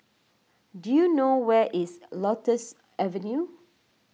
do you know where is Lotus Avenue